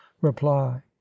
reply